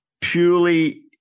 purely